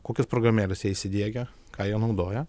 kokias programėles jie įsidiegė ką jie naudoja